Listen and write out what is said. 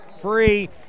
free